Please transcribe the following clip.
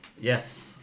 Yes